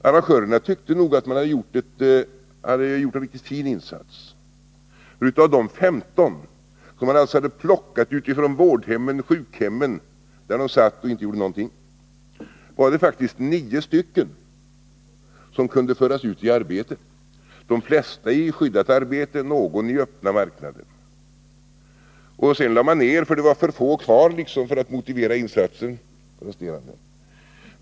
Arrangörerna tyckte nog att de hade gjort en fin insats, för av de femton — som man alltså hade plockat från vårdhem och sjukhem, där de satt och inte gjorde någonting — var det faktiskt nio som kunde föras ut i arbete, de flesta i skyddat arbete men någon på öppna marknaden. Sedan lade man ner kursen, eftersom det var för få kvar för att motivera en fortsatt insats.